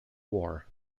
war